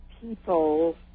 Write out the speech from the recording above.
people